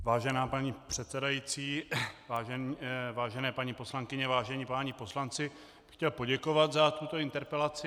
Vážená paní předsedající, vážené paní poslankyně, vážení páni poslanci, chtěl bych poděkovat za tuto interpelaci.